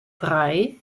drei